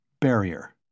Barrier